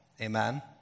amen